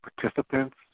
participants